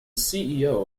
ceo